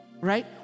right